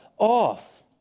Off